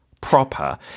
proper